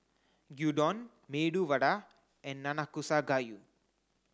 Gyudon Medu Vada and Nanakusa gayu